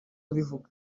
abivuga